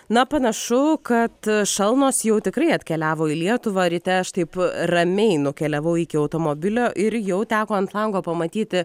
na panašu kad šalnos jau tikrai atkeliavo į lietuvą ryte aš taip ramiai nukeliavau iki automobilio ir jau teko ant lango pamatyti